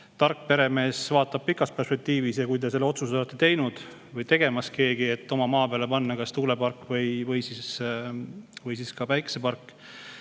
Tark peremees vaatab pikka perspektiivi. Kui te selle otsuse olete teinud või tegemas, et oma maa peale [lasta] panna kas tuulepark või ka päikesepark,